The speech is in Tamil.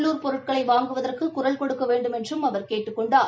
உள்ளூர் பொருட்களை வாங்குவதற்கு குரல் கொடுக்க வேண்டுமென்றும் அவர் கேட்டுக் கொண்டார்